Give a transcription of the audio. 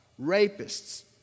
rapists